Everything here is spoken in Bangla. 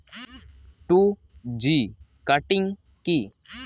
টু জি কাটিং কি?